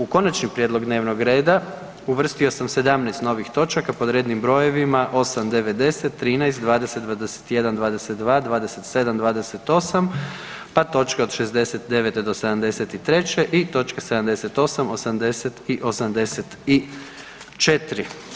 U Konačni prijedlog dnevnog reda uvrstio sam 17 novih točaka pod rednim brojevima 8., 9., 10., 13., 20., 21., 22., 27., 28., pa točke od 69. do 73. i točke 78., 80. i 84.